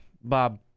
Bob